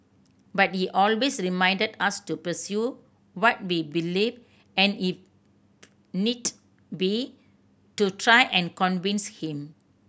but he always reminded us to pursue what we believed and if need be to try and convince him